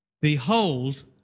Behold